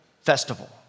festival